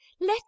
let